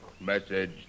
message